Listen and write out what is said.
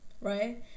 right